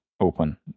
open